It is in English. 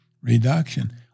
reduction